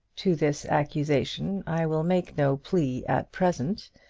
to this accusation i will make no plea at present,